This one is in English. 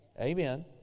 Amen